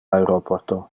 aeroporto